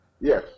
Yes